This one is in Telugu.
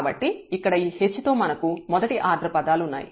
కాబట్టి ఇక్కడ ఈ h తో మనకు మొదటి ఆర్డర్ పదాలున్నాయి